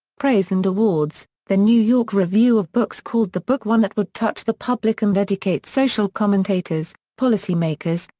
praise and awards the new york review of books called the book one that would touch the public and educate social commentators, policymakers,